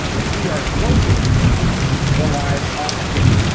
and we are closing the live auction.